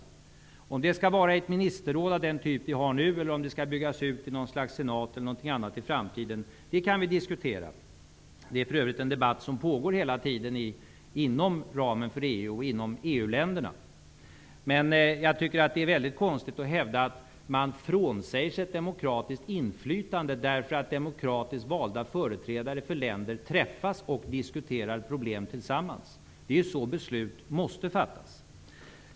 Man kan diskutera om det skall vara ett ministerråd av den typ som nu finns eller om det skall byggas ut till något slags senat eller någonting annat i framtiden. Det är för övrigt en debatt som hela tiden pågår inom ramen för EU och inom EU Det är väldigt konstigt att hävda att man frånsäger sig ett demokratiskt inflytande bara därför att demokratiskt valda företrädare för länder träffas och diskuterar problem tillsammans. Det är så beslut måste fattas.